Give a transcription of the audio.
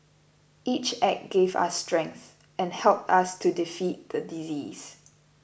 each act gave us strength and helped us to defeat the disease